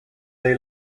they